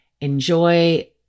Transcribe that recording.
Enjoy